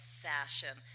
fashion